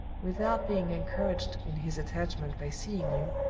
without being encouraged in his attachment by seeing you,